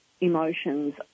emotions